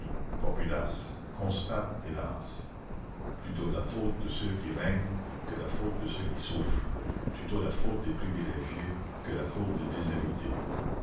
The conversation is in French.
ochlocratie populace constatent hélas plutôt la faute de ceux qui règnent que la faute de ceux qui souffrent plutôt la faute des privilégiés que la faute des déshérités